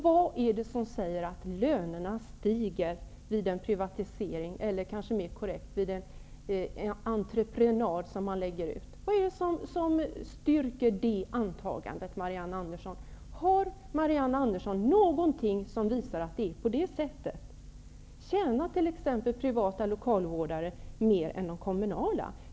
Vad är det som säger att lönerna stiger vid en privatisering eller, kanske mer korrekt, om man lägger ut något på entreprenad? Vad är det som styrker detta antagande, Marianne Andersson? Har Marianne Andersson något som visar att det är på det sättet? Tjänar t.ex. privata lokalvårdare mer än de kommunala?